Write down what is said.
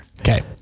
Okay